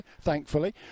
thankfully